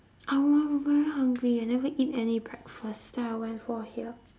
I want very hungry I never eat any breakfast then I went for here